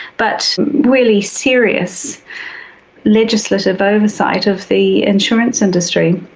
but really serious legislative oversight of the insurance industry.